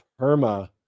perma